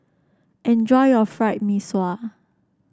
enjoy your Fried Mee Sua